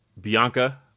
Bianca